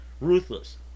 ruthless